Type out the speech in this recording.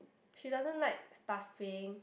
she doesn't like staffing